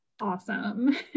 awesome